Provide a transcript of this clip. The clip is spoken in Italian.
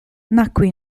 nacque